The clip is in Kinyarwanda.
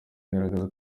igaragaza